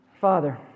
Father